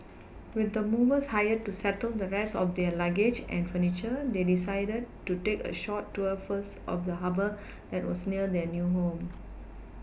with the movers hired to settle the rest of their luggage and furniture they decided to take a short tour first of the Harbour that was near their new home